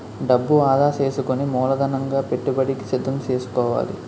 డబ్బు ఆదా సేసుకుని మూలధనంగా పెట్టుబడికి సిద్దం సేసుకోవాలి